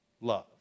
love